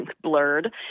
blurred